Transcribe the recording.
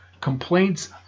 Complaints